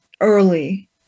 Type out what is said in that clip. early